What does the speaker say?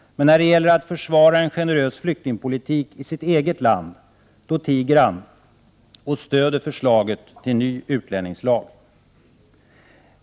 Men när det gäller att försvara en generös flyktingpolitik i sitt eget land tiger han och stöder förslaget till ny utlänningslag.